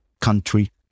country